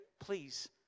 please